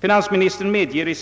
Finansministern medger i